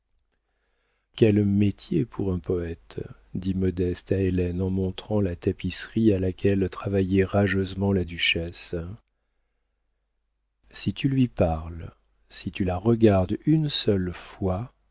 quel métier pour un poëte dit modeste à hélène en montrant la tapisserie à laquelle travaillait rageusement la duchesse si tu lui parles si tu la regardes une seule fois